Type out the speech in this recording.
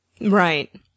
Right